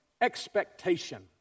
expectation